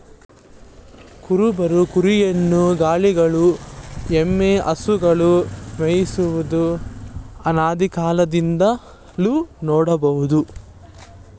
ಕುರುಬರು ಕುರಿಯನ್ನು, ಗೌಳಿಗಳು ಎಮ್ಮೆ, ಹಸುಗಳನ್ನು ಮೇಯಿಸುವುದು ಅನಾದಿಕಾಲದಿಂದಲೂ ನೋಡ್ಬೋದು